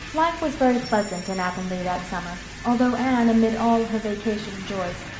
life was very pleasant in avonlea that summer, although anne, amid all her vacation joys,